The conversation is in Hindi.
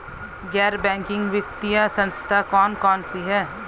गैर बैंकिंग वित्तीय संस्था कौन कौन सी हैं?